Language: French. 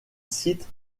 site